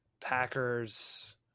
packers